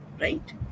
right